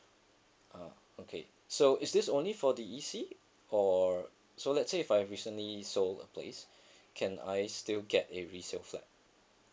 ah okay so is this only for the E_C or so let's say if I've recently sold a place can I still get a resale flat